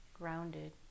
grounded